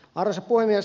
arvoisa puhemies